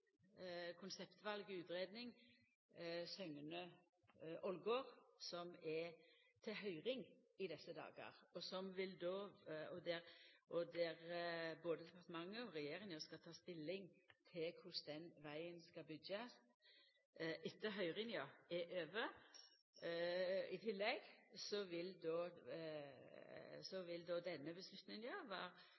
som er på høyring i desse dagar, der både departementet og regjeringa skal ta stilling til korleis den vegen skal byggjast. Etter at høyringa er over, vil denne avgjerda i tillegg